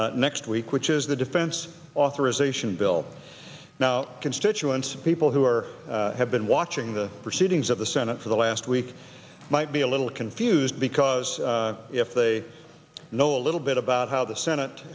next week which is the defense authorization bill now constituents people who are have been watching the proceedings of the senate for the last week might be a little confused because if they know a little bit about how the senate